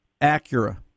Acura